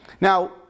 Now